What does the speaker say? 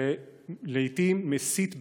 ולעיתים מסית באמת.